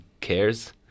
cares